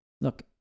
Look